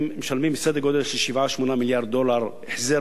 משלמים סדר-גודל של 7 8 מיליארד דולר החזר